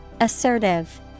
Assertive